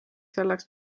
selleks